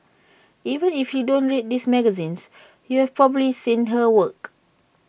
even if you don't read these magazines you've probably seen her work